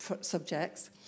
Subjects